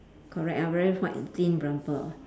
correct ah very white thin bumper